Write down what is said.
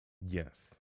yes